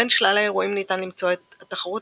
בין שלל האירועים ניתן למצוא את התחרות